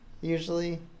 usually